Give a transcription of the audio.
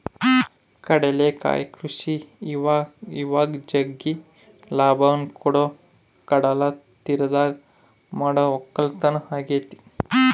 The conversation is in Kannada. ಕಡಲಕಳೆ ಕೃಷಿ ಇವಇವಾಗ ಜಗ್ಗಿ ಲಾಭವನ್ನ ಕೊಡೊ ಕಡಲತೀರದಗ ಮಾಡೊ ವಕ್ಕಲತನ ಆಗೆತೆ